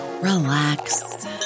relax